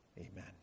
Amen